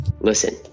Listen